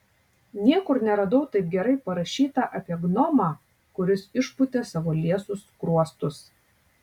niekur neradau taip gerai parašyta apie gnomą kuris išpūtė savo liesus skruostus